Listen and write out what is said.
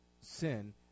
Sin